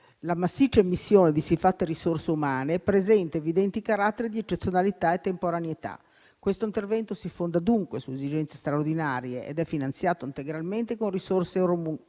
la massiccia immissione di siffatte risorse umane presenta evidenti caratteri di eccezionalità e temporaneità. Questo intervento si fonda dunque su esigenze straordinarie ed è finanziato integralmente con risorse comunitarie,